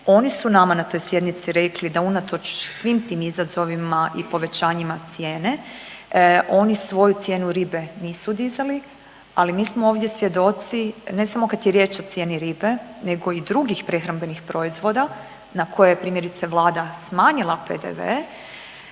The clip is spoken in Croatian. oni su nama na toj sjednici rekli da unatoč svim tim izazovima i povećanjima cijene oni svoju cijenu ribe nisu dizali ali mi smo ovdje svjedoci ne samo kad je riječ o cijeni ribe nego i drugih prehrambenih proizvoda na koji je primjerice Vlada smanjila PDV,